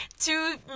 two